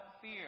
fear